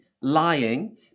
lying